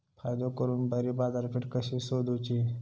फायदो करून बरी बाजारपेठ कशी सोदुची?